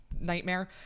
nightmare